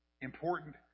Important